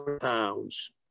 pounds